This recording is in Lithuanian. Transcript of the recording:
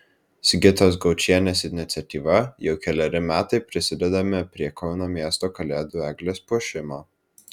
sigitos gaučienės iniciatyva jau keleri metai prisidedame prie kauno miesto kalėdų eglės puošimo